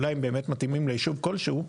אולי הם באמת מתאימים לישוב כלשהו,